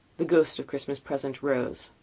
the ghost of christmas present rose.